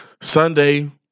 Sunday